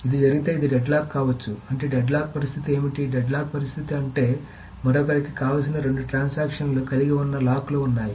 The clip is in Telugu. ఇది జరిగితే ఇది డెడ్లాక్ కాకపోవచ్చుఅంటే డెడ్లాక్ పరిస్థితి ఏమిటి డెడ్లాక్ పరిస్థితి అంటేమరొకరికి కావలసిన రెండు ట్రాన్సాక్షన్ లను కలిగి ఉన్న లాక్లు ఉన్నాయి